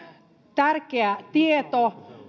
tärkeä tieto